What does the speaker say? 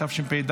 התשפ"ד